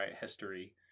history